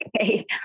Okay